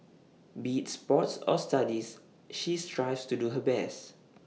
be sports or studies she strives to do her best